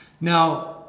Now